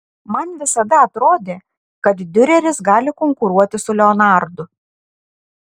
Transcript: man visada atrodė kad diureris gali konkuruoti su leonardu